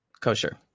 kosher